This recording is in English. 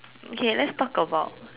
okay let's talk about